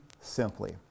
simply